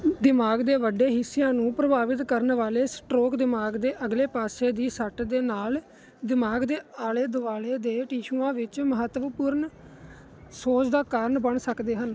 ਦਿਮਾਗ਼ ਦੇ ਵੱਡੇ ਹਿੱਸਿਆਂ ਨੂੰ ਪ੍ਰਭਾਵਿਤ ਕਰਨ ਵਾਲੇ ਸਟ੍ਰੋਕ ਦਿਮਾਗ਼ ਦੇ ਅਗਲੇ ਪਾਸੇ ਦੀ ਸੱਟ ਦੇ ਨਾਲ ਦਿਮਾਗ਼ ਦੇ ਆਲੇ ਦੁਆਲੇ ਦੇ ਟਿਸ਼ੂਆਂ ਵਿੱਚ ਮਹੱਤਵਪੂਰਨ ਸੋਜ ਦਾ ਕਾਰਨ ਬਣ ਸਕਦੇ ਹਨ